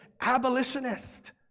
abolitionist